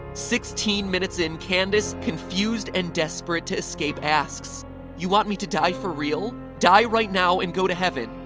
sixteen minutes in, candace, confused and desperate to escape asks you want me to die for real? die right now and go to heaven?